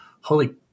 holy